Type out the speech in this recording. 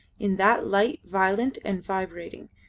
in that light violent and vibrating,